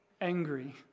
angry